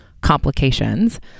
complications